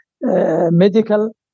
medical